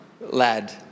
lad